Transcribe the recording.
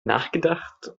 nachgedacht